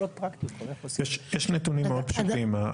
יש נתונים מאוד פשוטים.